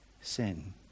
sin